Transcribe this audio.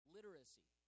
Literacy